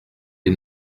les